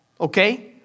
Okay